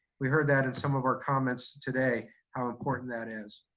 we heard that in some of our comments today how important that is.